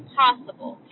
possible